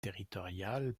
territorial